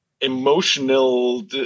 emotional